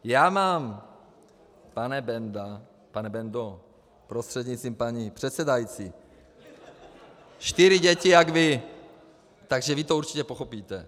Já mám, pane Benda pane Bendo, prostřednictvím paní předsedající, čtyři děti jak vy, takže vy to určitě pochopíte.